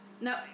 No